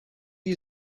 you